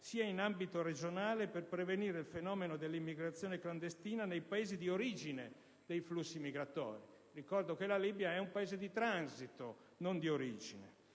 sia in ambito regionale, per prevenire il fenomeno dell'immigrazione clandestina nei Paesi di origine dei flussi migratori; ricordo che la Libia è un Paese di transito e non di origine.